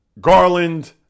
Garland